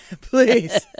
please